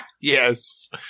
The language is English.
Yes